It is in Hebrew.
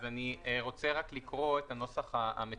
אז אני רוצה רק לקרוא את הנוסח המתוקן.